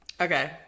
okay